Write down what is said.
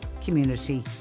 Community